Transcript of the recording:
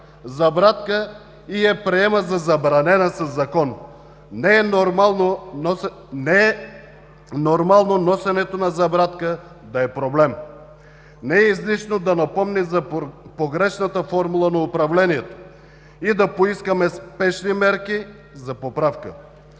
забрадка и я приема за забранена със закон. Не е нормално носенето на забрадка да е проблем. Не е излишно да напомним за погрешната формула на управлението и да поискаме спешни мерки за поправка.